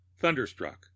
thunderstruck